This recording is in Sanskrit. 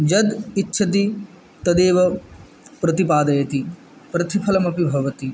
यद् इच्छति तदेव प्रतिपादयति प्रतिफलम् अपि भवति